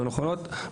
לא נכונות,